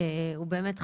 באמת,